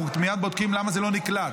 אנחנו מייד בודקים למה זה לא נקלט.